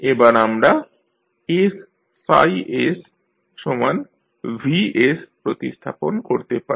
এবার আমরা ssV প্রতিস্থাপন করতে পারি